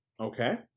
Okay